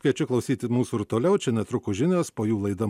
kviečiu klausytis mūsų ir toliau čia netrukus žinios po jų laida